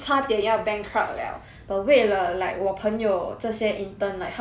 but 为了 like 我朋友这些 intern like 他不要放弃这些 interns hor